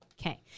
Okay